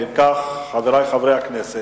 אם כך, חברי חברי הכנסת,